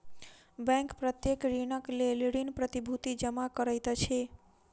bank प्रत्येक ऋणक लेल ऋण प्रतिभूति जमा करैत अछि